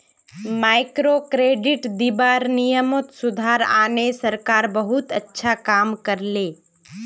microcredit दीबार नियमत सुधार आने सरकार बहुत अच्छा काम कर ले